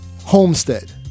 Homestead